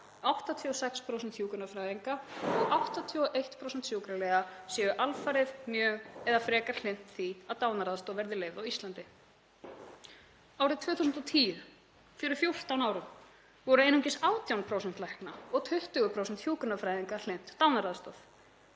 86% hjúkrunarfræðinga og 81% sjúkraliða séu alfarið, mjög eða frekar hlynnt því að dánaraðstoð verði leyfð á Íslandi. Árið 2010, fyrir 14 árum, voru einungis 18% lækna og 20% hjúkrunarfræðinga hlynnt dánaraðstoð.